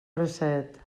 bracet